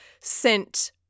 sent